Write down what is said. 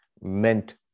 meant